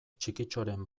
txikitxoren